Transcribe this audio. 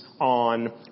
on